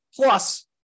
Plus